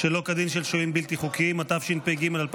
שלא כדין של שוהים בלתי חוקיים), התשפ"ג 2023,